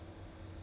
okay